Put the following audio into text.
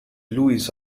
louis